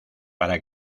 para